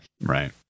Right